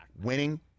winning